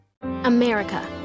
America